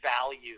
value